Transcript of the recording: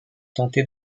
tenter